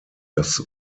das